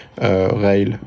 rail